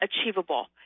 achievable